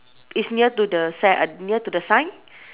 is near to the cen~ uh near to the sign